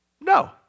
No